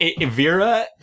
Vera